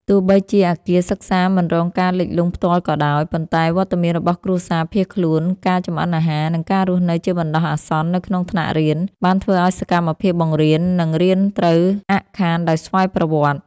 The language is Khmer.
ទោះបីជាអគារសិក្សាមិនរងការលិចលង់ផ្ទាល់ក៏ដោយ ប៉ុន្តែវត្តមានរបស់គ្រួសារភៀសខ្លួន ការចម្អិនអាហារ និងការរស់នៅជាបណ្តោះអាសន្ននៅក្នុងថ្នាក់រៀន បានធ្វើឱ្យសកម្មភាពបង្រៀន និងរៀនត្រូវអាក់ខានដោយស្វ័យប្រវត្តិ។